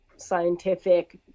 scientific